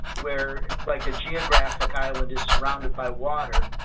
where, like a geographic island is surrounded by water,